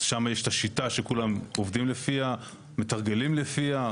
שם יש את השיטה שכולם עובדים לפיה, מתרגלים לפיה.